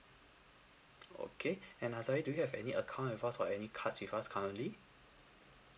okay and ah sir do you have any account with us or any cards with us currently